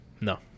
No